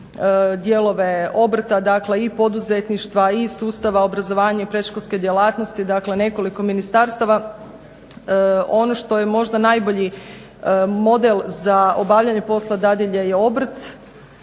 dijelove obrta, dakle i poduzetništva i sustava obrazovanja i predškolske djelatnosti, dakle nekoliko ministarstava. Ono što je možda najbolji model za obavljanje posla dadilje je obrt.